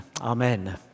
Amen